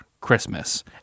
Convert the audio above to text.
Christmas